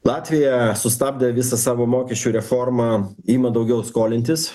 latvija sustabdė visą savo mokesčių reformą ima daugiau skolintis